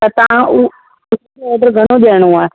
त तव्हां हू ऑडर घणो ॾियणो आहे